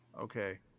okay